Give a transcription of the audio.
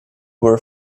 were